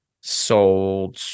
sold